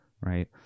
right